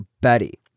Betty